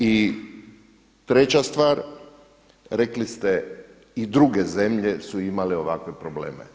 I treća stvar, rekli ste i druge zemlje su imale ovakve probleme.